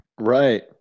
Right